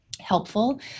helpful